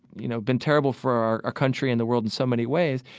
you know, been terrible for our ah country and the world in so many ways,